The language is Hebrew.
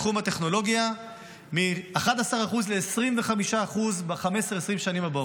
הטכנולוגיה מ-11% ל-25% ב-15 20 השנים הבאות,